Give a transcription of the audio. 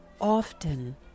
often